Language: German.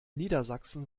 niedersachsen